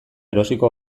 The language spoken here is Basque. erosiko